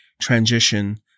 transition